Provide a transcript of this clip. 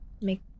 make